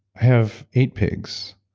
have eight pigs.